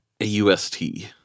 A-U-S-T